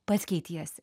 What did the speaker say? pats keitiesi